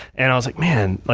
and i was like man.